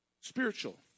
Spiritual